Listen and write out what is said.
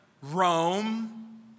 Rome